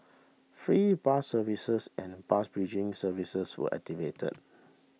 free bus services and bus bridging services were activated